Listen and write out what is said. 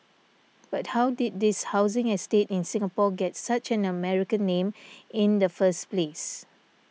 but how did this housing estate in Singapore get such an American name in the first place